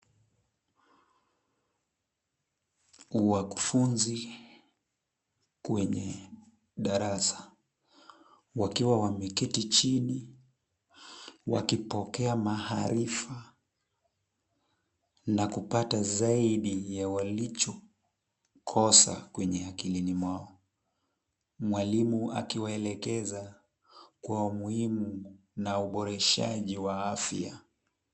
Wakufunzi kwenye darasa, wakiwa wameketi chini wakipokea maarifa na kupata zaidi ya walichokosa kwenye akilini mwao. Mwalimu akiwaelekeza kwa umuhimu na uboreshaji wa afya.